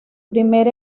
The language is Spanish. primer